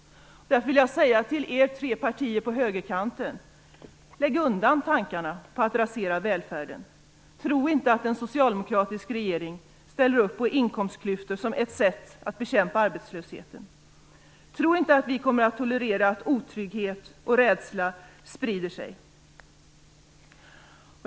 Därför vill jag säga till er tre partier på högerkanten: Lägg undan tankarna på att rasera välfärden! Tro inte att en socialdemokratisk regering ställer upp på inkomstklyftor som ett sätt att bekämpa arbetslösheten! Tro inte att vi kommer att tolerera att otrygghet och rädsla sprider sig!